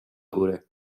góry